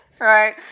Right